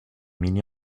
mini